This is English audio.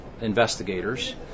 investigators